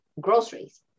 groceries